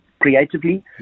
creatively